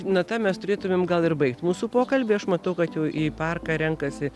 nata mes turėtumėm gal ir baigti mūsų pokalbį aš matau kad jau į parką renkasi